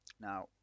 Now